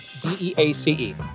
D-E-A-C-E